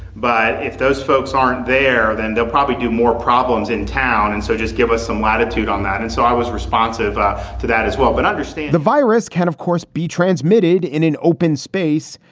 but if those folks aren't there, then they'll probably do more problems in town. and so just give us some latitude on that. and so i was responsive to that as well but understand, the virus can, of course, be transmitted in an open space.